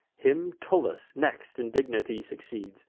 him tullus next in dignity succeeds,